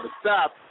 stop